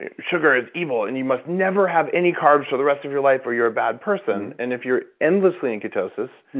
sugar is evil, and you must never have any carbs for the rest of your life, or you're a bad person, and if you're endlessly in ketosis,